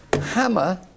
hammer